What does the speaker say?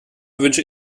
wünsche